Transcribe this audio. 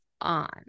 on